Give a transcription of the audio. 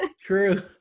True